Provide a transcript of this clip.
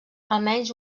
almenys